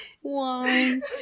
One